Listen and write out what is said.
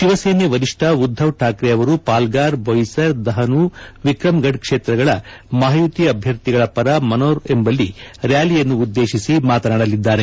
ಶಿವಸೇನೆ ವರಿಷ್ಠ ಉದ್ದವ್ ಠಾಕ್ರೆ ಅವರು ಪಾಲ್ಗಾರ್ ಬೋಯಿಸರ್ ಧಪನು ವಿಕ್ರಮಗಡ ಕ್ಷೇತ್ರಗಳ ಮಹಯುತಿ ಅಭ್ದರ್ಥಿಗಳ ಪರ ಮನೋರ್ ಎಂಬಲ್ಲಿ ರ್ಡಾಲಿಯನ್ನು ಉದ್ದೇಶಿಸಿ ಮಾತನಾಡಲಿದ್ದಾರೆ